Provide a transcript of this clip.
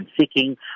seeking